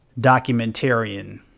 documentarian